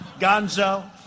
gonzo